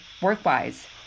work-wise